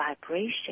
vibration